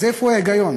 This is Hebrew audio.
אז איפה ההיגיון?